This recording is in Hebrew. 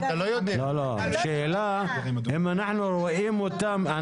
השאלה אם אנחנו רואים אותם.